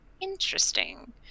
Interesting